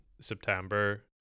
september